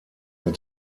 mit